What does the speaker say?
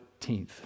14th